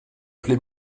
plais